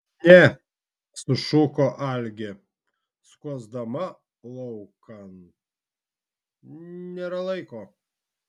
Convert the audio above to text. ne sušuko algė skuosdama laukan nėra laiko